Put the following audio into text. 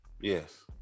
Yes